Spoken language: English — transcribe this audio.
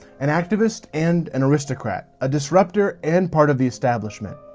an activist and an aristocrat, a disrupter and part of the establishment.